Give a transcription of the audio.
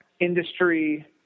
industry